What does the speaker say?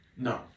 No